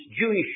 Jewish